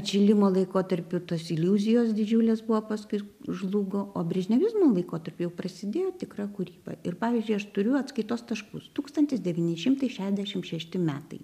atšilimo laikotarpiu tos iliuzijos didžiulės buvo paskui žlugo o brežnevizmo laikotarpiu jau prasidėjo tikra kūryba ir pavyzdžiui aš turiu atskaitos taškus tūkstantis devyni šimtai šešiasdešim šeši metai